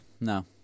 no